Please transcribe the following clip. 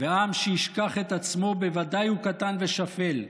ועם שישכח את עצמו בוודאי הוא קטן ושפל.